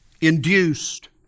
induced